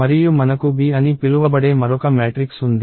మరియు మనకు B అని పిలువబడే మరొక మ్యాట్రిక్స్ ఉంది